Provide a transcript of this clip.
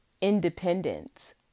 independence